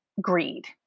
greed